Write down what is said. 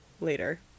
later